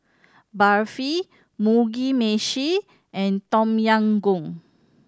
Barfi Mugi Meshi and Tom Yam Goong